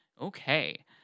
okay